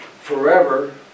forever